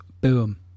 boom